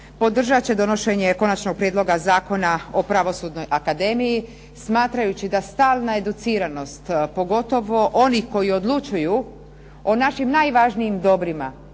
podržat će donošenje konačnog prijedloga Zakona o Pravosudnoj akademiji smatrajući da stalna educiranost pogotovo onih koji odlučuju o našim najvažnijim dobrima,